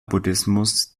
buddhismus